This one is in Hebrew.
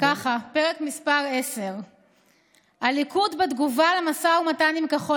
פרק מס' 10. הליכוד בתגובה למשא-ומתן עם כחול